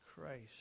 Christ